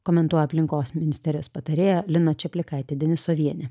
komentuoja aplinkos ministerijos patarėja lina čeplikaitė denisovienė